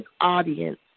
audience